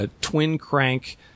twin-crank